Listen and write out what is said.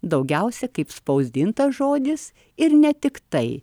daugiausia kaip spausdintas žodis ir ne tik tai